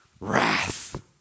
wrath